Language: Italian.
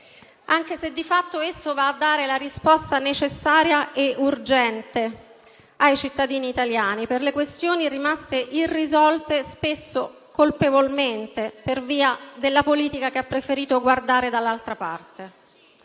anche se di fatto esso va a dare la risposta necessaria e urgente ai cittadini italiani per le questioni rimaste irrisolte, spesso colpevolmente, per via della politica che ha preferito guardare dall'altra parte.